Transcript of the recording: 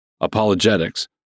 apologetics